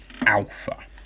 alpha